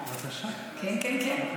כן, כן.